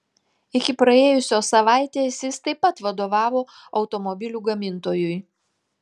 iki praėjusios savaitės jis taip pat vadovavo automobilių gamintojui